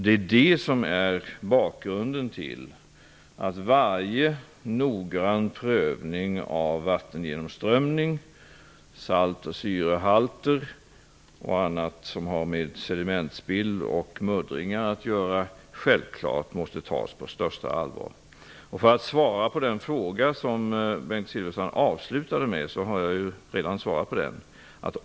Det är det som är bakgrunden till att varje noggrann prövning av vattengenomströmning, av salt och syrehalter och av annat som har med sedimentspill och muddringar att göra självfallet måste tas på största allvar. Därmed har jag svarat på den fråga som Bengt Silfverstrand avslutade med.